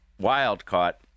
wild-caught